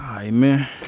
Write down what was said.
Amen